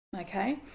okay